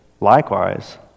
Likewise